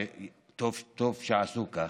וטוב שעשו כך,